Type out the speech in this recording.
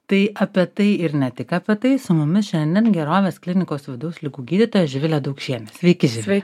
tai apie tai ir ne tik apie tai su mumis šiandien gerovės klinikos vidaus ligų gydytoja živilė daukšienė sveiki živile